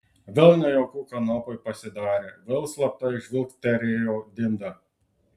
vėl nejauku kanopai pasidarė vėl slaptai žvilgterėjo dindą